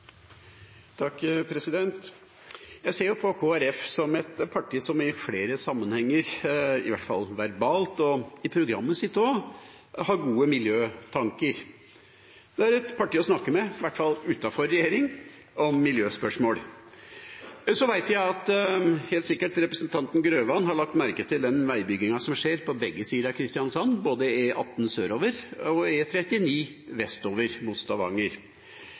Jeg ser på Kristelig Folkeparti som et parti som i flere sammenhenger – i hvert fall verbalt og i programmet sitt – har gode miljøtanker. Det er et parti å snakke med, i hvert fall utenfor regjering, om miljøspørsmål. Representanten Grøvan har helt sikkert lagt merke til den veibyggingen som skjer på begge sider av Kristiansand, både E18 sørover og E39 vestover, mot Stavanger.